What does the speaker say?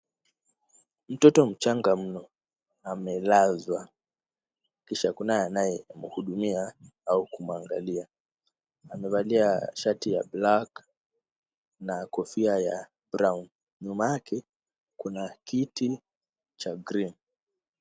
Mtoto mchanga mno amelazwa kisha kunaye anayemhudumia au kumwangalia. Amevalia shati ya black na kofia ya brown . Nyuma yake kuna kiti cha green .